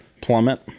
plummet